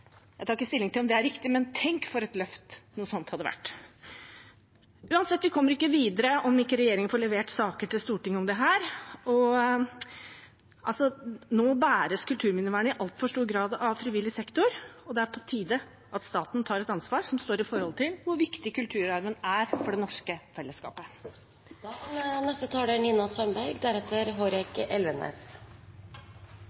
Jeg tar ikke stilling til om det er riktig, men tenk for et løft noe sånt hadde vært. Uansett: Vi kommer ikke videre om ikke regjeringen får levert saker til Stortinget om dette. Nå bæres kulturminnevernet i altfor stor grad av frivillig sektor. Det er på tide at staten tar et ansvar som står i forhold til hvor viktig kulturarven er for det norske fellesskapet. Arbeiderpartiet er